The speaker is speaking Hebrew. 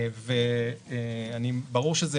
ברור שזה